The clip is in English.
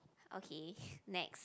okay next